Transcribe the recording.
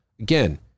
again